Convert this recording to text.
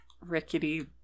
rickety